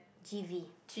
g_v